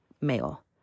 male